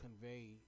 convey